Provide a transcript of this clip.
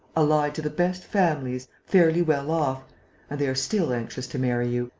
allied to the best families, fairly well-off and they are still anxious to marry you.